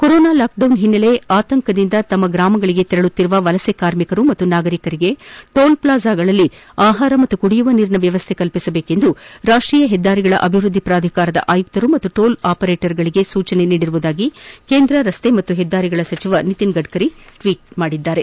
corona lockdown ಓನ್ನೆಲೆಯಲ್ಲಿ ಆತಂಕದಿಂದ ತಮ್ಮ ಸ್ವತ್ರಾಮಗಳಗೆ ತೆರಳುತ್ತಿರುವ ವಲಸೆ ಕಾರ್ಮಿಕರು ಮತ್ತು ನಾಗರಿಕರಿಗೆ ಟೋಲ್ಪ್ಲಾಜಾಗಳಲ್ಲಿ ಆಪಾರ ಮತ್ತು ಕುಡಿಯುವ ನೀರಿನ ವ್ಯವಸ್ಥೆ ಮಾಡಬೇಕೆಂದು ರಾಷ್ಷೀಯ ಹೆದ್ದಾರಿಗಳ ಅಭಿವೃದ್ಧಿ ಪ್ರಾಧಿಕಾರದ ಆಯುಕ್ತರು ಮತ್ತು ಟೋಲ್ ಆಪರೇಟರ್ ಗಳಿಗೆ ಸೂಚಿಸಿರುವುದಾಗಿ ಕೇಂದ್ರ ರಸ್ತೆ ಮತ್ತು ಪೆದ್ದಾರಿಗಳ ಸಚಿವ ನಿತಿನ್ ಗಡ್ಕರಿ ಟ್ವೀಟ್ ಮಾಡಿದ್ದಾರೆ